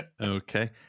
Okay